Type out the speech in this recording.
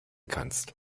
kannst